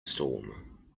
storm